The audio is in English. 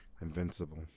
invincible